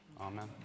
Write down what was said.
amen